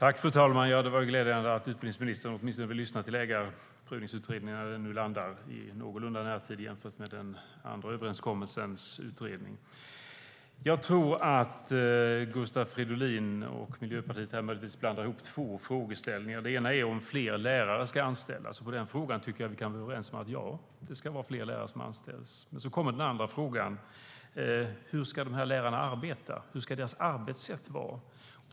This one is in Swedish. Fru talman! Det var ju glädjande att utbildningsministern åtminstone vill lyssna till Ägarprövningsutredningen när den nu landar i någorlunda närtid jämfört med den andra överenskommelsens utredning. Så kommer den andra frågan: Hur ska lärarna arbeta? Hur ska deras arbetssätt vara?